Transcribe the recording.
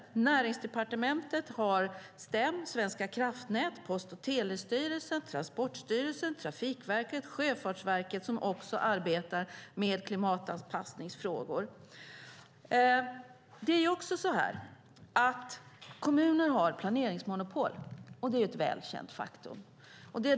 Under Näringsdepartement har vi Statens energimyndighet, Svenska kraftnät, Post och telestyrelsen, Transportstyrelsen, Trafikverket och Sjöfartsverket. Alla dessa myndigheter arbetar med klimatanpassningsfrågor. Kommuner har planeringsmonopol, vilket är ett väl känt faktum.